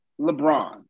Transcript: LeBron